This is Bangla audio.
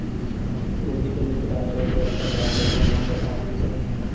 প্রতিটা লোকের আলদা করে একটা ব্যাঙ্ক একাউন্ট নম্বর থাকতিছে